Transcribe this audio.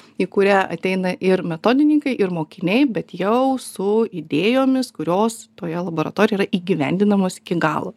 į kurią ateina ir metodininkai ir mokiniai bet jau su idėjomis kurios toje laboratorijoje yra įgyvendinamos iki galo